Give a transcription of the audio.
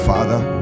Father